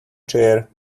chair